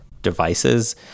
devices